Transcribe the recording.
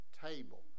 table